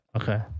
Okay